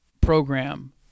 program